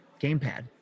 gamepad